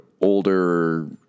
older